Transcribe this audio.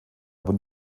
aber